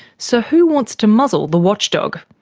so who wants to muzzle the watchdog?